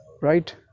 right